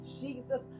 Jesus